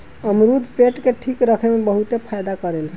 अमरुद पेट के ठीक रखे में बहुते फायदा करेला